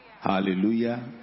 hallelujah